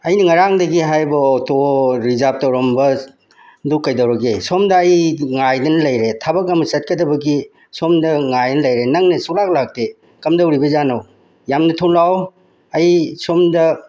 ꯑꯩꯅ ꯉꯔꯥꯡꯗꯒꯤ ꯍꯥꯏꯕ ꯑꯣꯇꯣ ꯔꯤꯖꯥꯔꯞ ꯇꯧꯔꯝꯕ ꯑꯗꯨ ꯀꯩꯗꯧꯔꯒꯦ ꯁꯣꯝꯗ ꯑꯩ ꯉꯥꯏꯗꯅ ꯂꯩꯔꯦ ꯊꯕꯛ ꯑꯃ ꯆꯠꯀꯗꯕꯒꯤ ꯁꯣꯝꯗ ꯉꯥꯏ ꯂꯩꯔꯦ ꯅꯪꯅ ꯁꯨꯡꯂꯥꯛ ꯂꯥꯛꯇꯦ ꯀꯝꯗꯧꯔꯤꯕꯖꯥꯠꯅꯣ ꯌꯥꯝꯅ ꯊꯨꯅ ꯂꯥꯛꯑꯣ ꯑꯩ ꯁꯣꯝꯗ